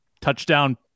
touchdown